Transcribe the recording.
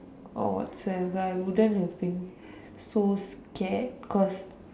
or watch whatever I wouldn't have been so scared cause